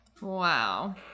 wow